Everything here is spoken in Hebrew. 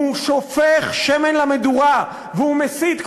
הוא שופך שמן למדורה והוא מסית,